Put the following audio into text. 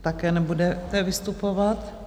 Také nebudete vystupovat?